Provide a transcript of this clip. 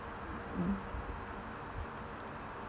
mm